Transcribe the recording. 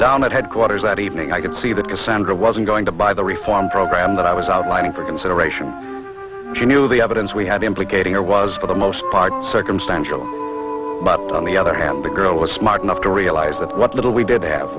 down at headquarters that evening i could see that cassandra wasn't going to buy the reform program that i was outlining for consideration she knew the evidence we had implicating or was for the most part circumstantial but on the other hand the girl was smart enough to realize that what little we did have